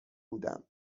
بودم